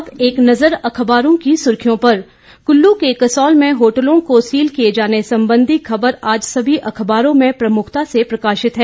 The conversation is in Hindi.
अब एक नजर अखबारों की सुर्खियों पर कल्लू के कसौल में होटलों को सील किए जाने संबंधी खबर आज सभी अखबारों में प्रमुखता से प्रकाशित है